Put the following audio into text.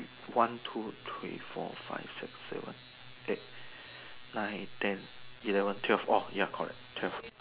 one two three four five six seven eight nine ten eleven twelve orh ya correct twelve